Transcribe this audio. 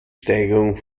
steigerung